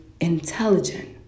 intelligent